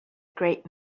great